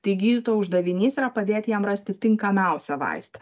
tai gydytojo uždavinys yra padėti jam rasti tinkamiausią vaistą